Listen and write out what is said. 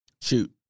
Shoot